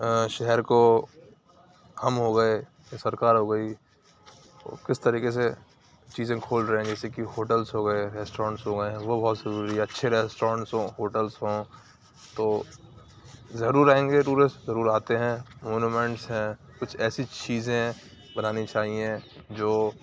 شہر کو ہم ہو گئے یا سرکار ہو گئی کس طریقے سے چیزیں کھول رہے ہیں جیسے کے ہوٹلس ہو گئے ریسٹورینٹس ہو گئے وہ بہت ضروری ہے اچھے ریسٹورینٹ ہوں ہوٹلس ہوں تو ضرور آئیں گے ٹورسٹ ضرور آتے ہیں مونومینٹس ہیں کچھ ایسی چیزیں بنانی چاہیے جو